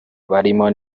barimo